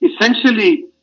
essentially